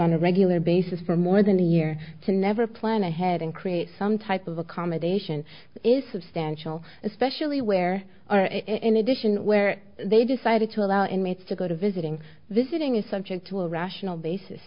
on a regular basis for more than a year to never plan ahead and create some type of accommodation is substantial especially where in addition where they decided to allow inmates to go to visiting visiting is subject to a rational basis